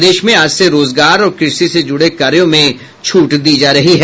प्रदेश में आज से रोजगार और कृषि से जुड़े कार्यों में छूट दी जा रही है